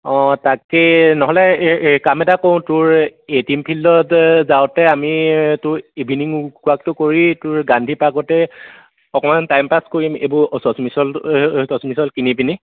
অঁ তাকেই নহ'লে এই এই কাম এটা কৰোঁ তোৰ এ টিম ফিল্ডত যাওঁতে আমি তোৰ ইভিননিং ৱাকটো কৰি তোৰ গান্ধী পাৰ্কতে অকণমান টাইম পাছ কৰিম এইবোৰ চশমিছল টচমিছল এইবোৰ কিনি পিনি